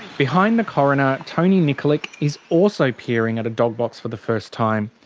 behind the coroner, tony nikolic is also peering at a dog box for the first time.